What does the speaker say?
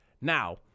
Now